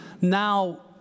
now